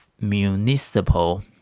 municipal